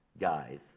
guys